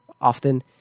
often